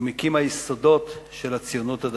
ומקים היסודות של הציונות הדתית.